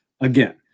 again